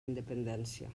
independència